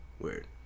Weird